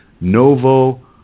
Novo